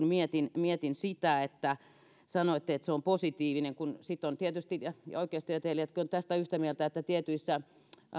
mietin mietin sitä että sanoitte että se on positiivinen kun sitten on tietysti niin oikeustieteilijätkin ovat tästä yhtä mieltä että tietyissä